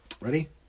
Ready